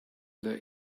that